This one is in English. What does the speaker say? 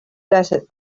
desert